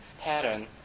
pattern